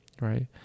right